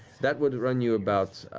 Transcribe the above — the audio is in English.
that would run you about